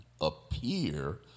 appear